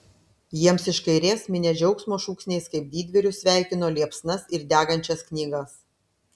jiems iš kairės minia džiaugsmo šūksniais kaip didvyrius sveikino liepsnas ir degančias knygas